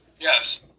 Yes